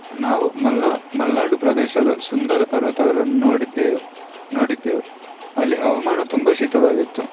ನಾವು ಮಲ್ನಾ ಮಲ್ನಾಡು ಪ್ರದೇಶದ ಸುಂದರ ಪರ್ವತಗಳನ್ನು ನೋಡಿದ್ದೆವು ನೋಡಿದ್ದೆವು ಅಲ್ಲಿ ಹವಾಮಾನ ತುಂಬ ಶೀತವಾಗಿತ್ತು